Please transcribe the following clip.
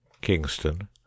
Kingston